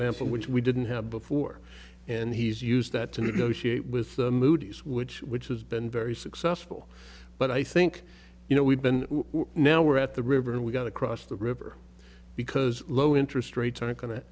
sample which we didn't have before and he's used that to negotiate with the moodies which which has been very successful but i think you know we've been now we're at the river and we got across the river because low interest rates aren't going to